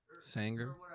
Sanger